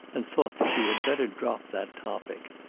and thought that she had better drop that topic.